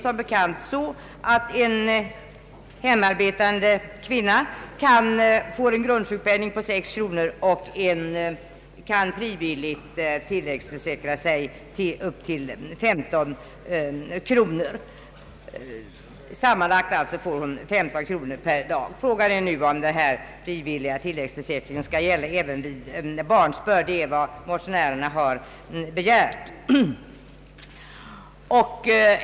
Som bekant får en hemarbetande kvinna grundsjukpenning på 6 kronor och kan frivilligt tilläggsförsäkra sig upp till sammanlagt 15 kronor per dag. Frågan är om den frivilliga tilläggsförsäkringen skall gälla även vid barnsbörd. Det är vad motionärerna har begärt.